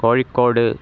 Kozhikode